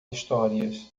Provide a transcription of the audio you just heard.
histórias